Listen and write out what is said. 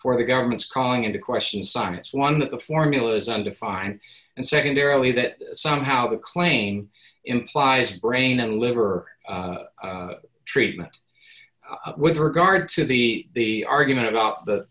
for the government's calling into question science one the formula is undefined and secondarily that somehow the claim implies brain and liver treatment with regard to the argument about the